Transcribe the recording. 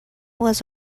was